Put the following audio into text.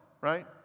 right